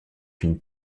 une